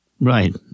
Right